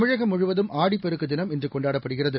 தமிழகம்முழுவதும்ஆடிப்பெருக்குதினம்இன்றுகொண்டாட ப்படுகிறது